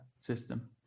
system